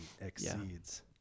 exceeds